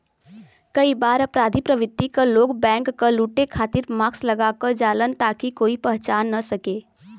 कई बार अपराधी प्रवृत्ति क लोग बैंक क लुटे खातिर मास्क लगा क जालन ताकि कोई पहचान न सके